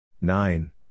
nine